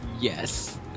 yes